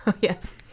yes